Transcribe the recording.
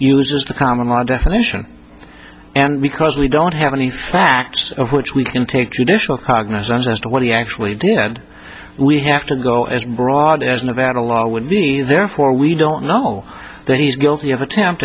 uses the common law definition and because we don't have any facts of which we can take judicial cognizance as to what he actually did we have to go as broad as nevada law therefore we don't know that he's guilty have attempt